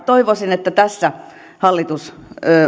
toivoisin että tässä hallitus